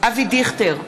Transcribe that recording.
אבי דיכטר,